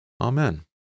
Amen